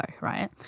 right